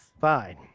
Fine